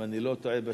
אם אני לא טועה בשם.